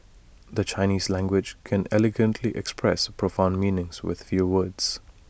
the Chinese language can elegantly express profound meanings with few words